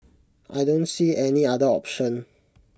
I don't see any other option